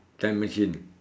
time machine